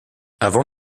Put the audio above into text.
avant